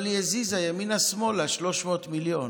אבל היא הזיזה ימינה-שמאלה 300 מיליון.